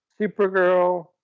Supergirl